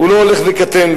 הוא לא הולך וקטן,